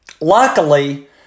Luckily